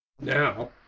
now